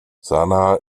sanaa